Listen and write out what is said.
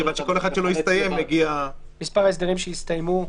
כיוון שכל אחד שלא הסתיים מגיע --- מספר ההסדרים שהסתיימו.